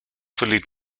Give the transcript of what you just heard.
fully